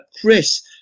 Chris